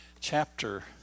chapter